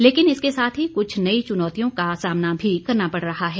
लेकिन इसके साथ ही कुछ नई चुनौतियों का सामना भी करना पड़ रहा है